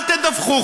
אל תדווחו.